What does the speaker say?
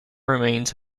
remains